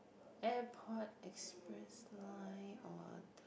airport express line or a